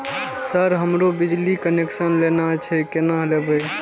Sir हमरो बिजली connection लेना छे केना लेबे?